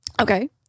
Okay